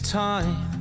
time